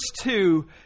two